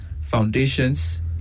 foundations